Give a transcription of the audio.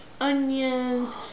onions